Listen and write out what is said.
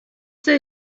they